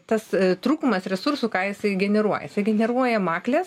tas trūkumas resursų ką jisai generuoja jisai generuoja makles